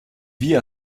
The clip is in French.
vit